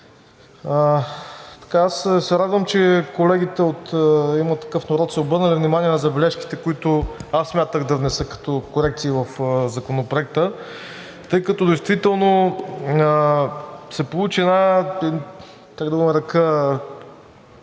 Аз се радвам, че колегите от „Има такъв народ“ са обърнали внимание на забележките, които аз смятах да внеса като корекции в Законопроекта, тъй като действително се получи една, как да го нарека,